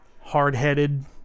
hard-headed